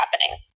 happening